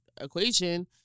equation